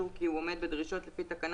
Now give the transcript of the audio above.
הערות נוספות, בבקשה.